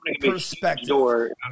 perspective